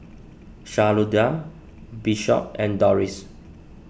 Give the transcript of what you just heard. Shalonda Bishop and Dorris